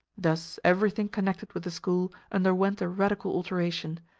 thus everything connected with the school underwent a radical alteration,